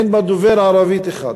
אין בה דובר ערבית אחד,